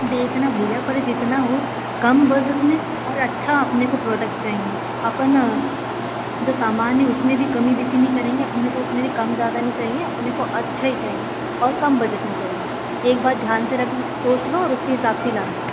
देखना भैया पर जितना हो कम बजट में और अच्छा अपने को प्रोडक्ट चाहिए अपन जो सामान है उसमें भी कमी बेसी नहीं करेंगे अपने को उसमें से कम ज़्यादा नहीं चाहिए अपने को अच्छा ही चाहिए और कम बजट में चाहिए एक बार ध्यान से रख सोच लो और उसके हिसाब से ही लाना